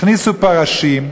הכניסו פרשים,